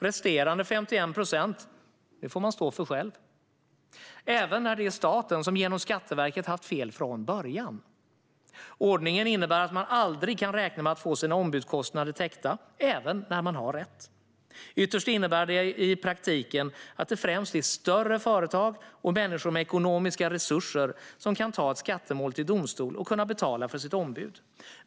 Resterande 51 procent får man stå för själv - även när det är staten som genom Skatteverket haft fel från början! Ordningen innebär att man aldrig kan räkna med att få sina ombudskostnader täckta, inte ens när man har rätt. Ytterst innebär det i praktiken att det främst är större företag och människor med ekonomiska resurser som kan ta ett skattemål till domstol och betala för sitt ombud.